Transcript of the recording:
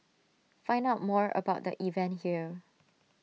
find out more about the event here